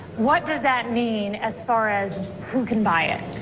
what does that mean as far as who can buy it?